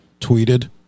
tweeted